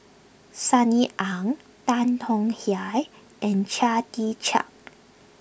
Sunny Ang Tan Tong Hye and Chia Tee Chiak